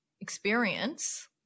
experience